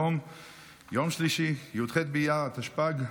יום שלישי י"ט באייר התשפ"ג,